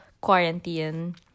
quarantine